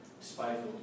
spiteful